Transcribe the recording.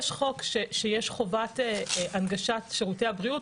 יש חוק לפיו יש חובת הנגשת שירותי בריאות